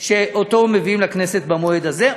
שמביאים לכנסת במועד הזה.